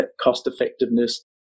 cost-effectiveness